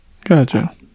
Gotcha